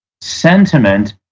sentiment